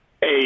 Hey